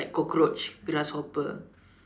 like cockroach grasshopper